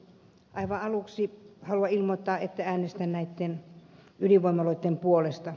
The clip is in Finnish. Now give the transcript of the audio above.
aivan aluksi haluan ilmoittaa että äänestän näitten ydinvoimaloitten puolesta